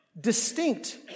distinct